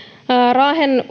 raahen